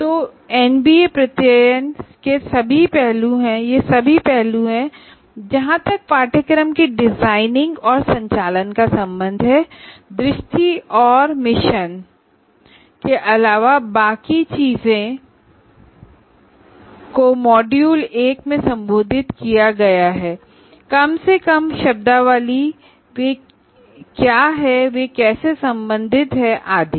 तो ये NBA accreditation के यह सभी पहलू हैं जहां तक कोर्स की डिजाइनिंग और संचालन का संबंध है विजन और मिशन के अलावा बाकी चीजों को मॉड्यूल 1 में संबोधित किया गया था कम से कम शब्दावली वे क्या हैं वे कैसे संबंधित है आदि